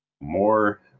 more